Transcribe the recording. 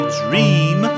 dream